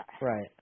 Right